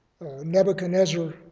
Nebuchadnezzar